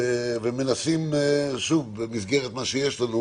ומנסים שוב, במסגרת מה שיש לנו